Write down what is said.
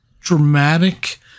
dramatic